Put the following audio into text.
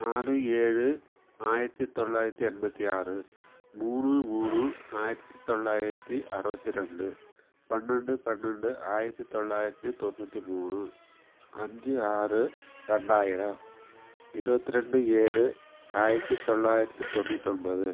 ஆறு ஏழு ஆயிரத்தி தொள்ளாயிரத்தி எண்பத்தி ஆறு மூணு மூணு ஆயிரத்தி தொள்ளாயிரத்தி அறுபத்தி ரெண்டு பன்னெண்டு பன்னெண்டுஆயிரத்தி தொள்ளாயிரத்தி தொண்ணூற்றி மூணு அஞ்சு ஆறு ரெண்டாயிரம் இருபத்தி ரெண்டு ஏழு ஆயிரத்தி தொள்ளாயிரத்தி தொண்ணூற்றி ஒன்பது